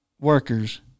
workers